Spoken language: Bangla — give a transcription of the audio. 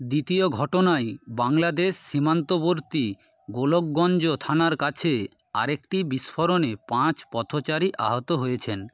দ্বিতীয় ঘটনায় বাংলাদেশ সীমান্তবর্তী গোলকগঞ্জ থানার কাছে আরেকটি বিস্ফোরণে পাঁচ পথচারী আহত হয়েছেন